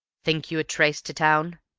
think you were traced to town?